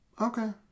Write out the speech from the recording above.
okay